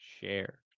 Share